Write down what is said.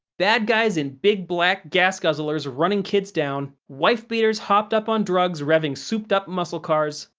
badguys in big, black, gas-guzzlers running kids down, wife-beaters hopped up on drugs reving suped up muscle cars,